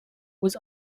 was